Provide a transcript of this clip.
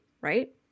right